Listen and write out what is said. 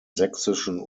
sächsischen